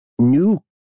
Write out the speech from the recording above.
New